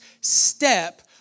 step